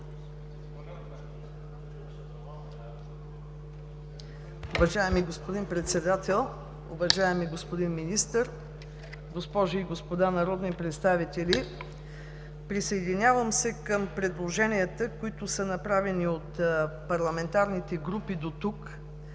Уважаеми господин Председател, уважаеми господин Министър, госпожи и господа народни представители! Присъединявам се към предложенията, които са направени от парламентарните групи дотук